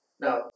Now